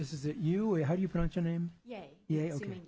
this is it you how you pronounce your name yeah